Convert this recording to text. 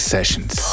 Sessions